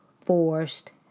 forced